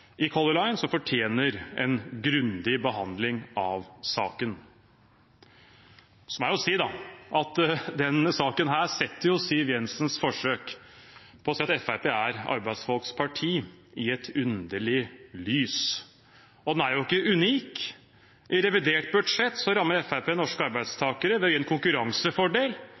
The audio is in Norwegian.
i Color Line som fortjener en grundig behandling av saken. Så må jeg si at denne saken setter Siv Jensens forsøk på å si at Fremskrittspartiet er arbeidsfolks parti, i et underlig lys. Den er heller ikke unik. I revidert budsjett rammer Fremskrittspartiet norske arbeidstakere ved å gi en konkurransefordel